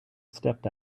stepped